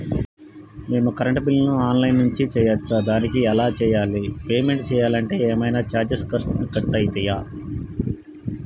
మేము కరెంటు బిల్లును online నుంచి చేయచ్చా? దానికి ఎలా చేయాలి? పేమెంట్ చేయాలంటే ఏమైనా చార్జెస్ కట్ అయితయా?